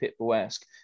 pitbull-esque